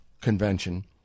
Convention